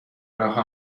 راه